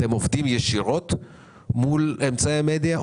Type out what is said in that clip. אתם עובדים ישירות מול אמצעי המדיה,